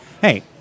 hey